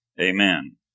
Amen